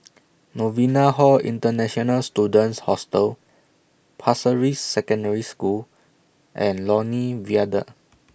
Novena Hall International Students Hostel Pasir Ris Secondary School and Lornie Viaduct